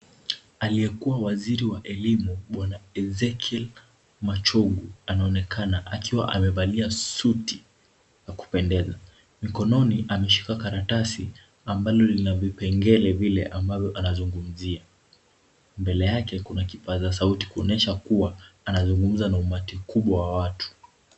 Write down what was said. Aliyekuwa waziri wa elimu bwana Ezekiel Machogu anaonekana akiwa amevalia suti ya kupendeza. Mikononi ameshika karatasi ambalo lina vipengele vile ambavyo anazungumzia. Mbele yake kuna kipazasauti kuonyesha kuwa anazungumza na umati mkubwa wa watu.